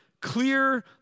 Clear